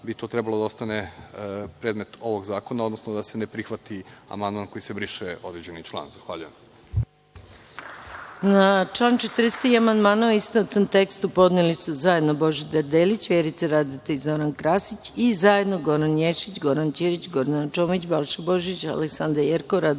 bi to trebalo da ostane predmet ovog zakona, odnosno da se ne prihvati amandman kojim se briše određeni član. Zahvaljujem.